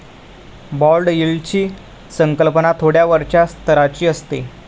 bond यील्डची संकल्पना थोड्या वरच्या स्तराची असते